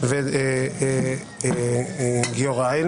בשבוע שעבר,